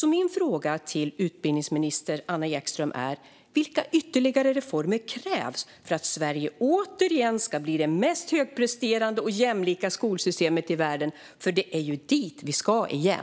Min fråga till utbildningsminister Anna Ekström är därför vilka ytterligare reformer som krävs för att Sverige återigen ska ha det mest högpresterande och jämlika skolsystemet i världen, för det är ju dit vi ska igen.